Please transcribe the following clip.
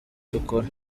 dukora